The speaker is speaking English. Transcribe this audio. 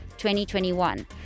2021